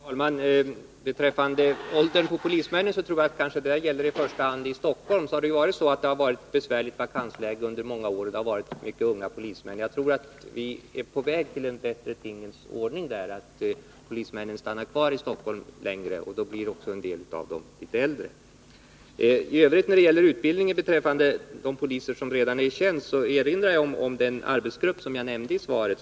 Herr talman! Det Eva Winther sade om polisens ålder tror jag är ett förhållande som i första hand gäller för Stockholm, där det ju rått ett besvärligt vakansläge under många år och där man haft mycket unga polismän. Jag tror att vi är på väg mot en bättre tingens ordning så till vida att polismännen stannar kvar i Stockholm längre, och då får man ett större antal poliser som är litet äldre. När det gäller utbildningen av de poliser som redan är i tjänst vill jag erinra om den arbetsgrupp som omnämndes i svaret.